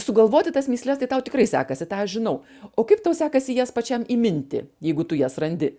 sugalvoti tas mįsles kaip tau tikrai sekasi tą aš žinau o kaip tau sekasi jas pačiam įminti jeigu tu jas randi